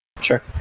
Sure